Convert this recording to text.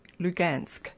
Lugansk